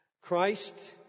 Christ